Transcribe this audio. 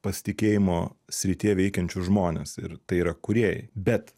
pasitikėjimo srityje veikiančius žmones ir tai yra kūrėjai bet